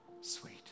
sweet